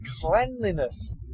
cleanliness